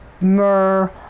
myrrh